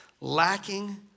lacking